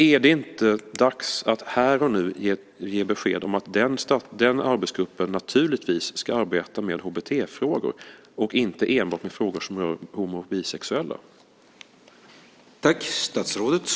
Är det inte dags att här och nu ge besked om att den arbetsgruppen naturligtvis ska arbeta med HBT-frågor och inte enbart med frågor som rör homo och bisexuella?